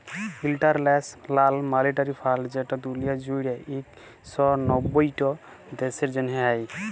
ইলটারল্যাশ লাল মালিটারি ফাল্ড যেট দুলিয়া জুইড়ে ইক শ নব্বইট দ্যাশের জ্যনহে হ্যয়